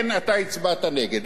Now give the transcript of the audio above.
לכן אתה הצבעת נגד.